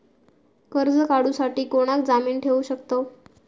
कर्ज काढूसाठी कोणाक जामीन ठेवू शकतव?